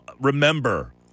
remember